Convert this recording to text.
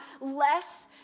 less